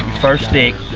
first stick.